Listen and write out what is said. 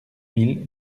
mille